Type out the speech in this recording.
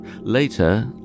Later